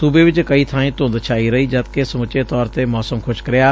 ਸੂਬੇ ਚ ਕਈ ਥਾਈਂ ਧੁੰਦ ਛਾਈ ਰਹੀ ਜਦਕਿ ਸਮੁੱਚੇ ਤੌਰ ਤੇ ਮੌਸਮ ਖੁਸ਼ਕ ਰਿਹਾ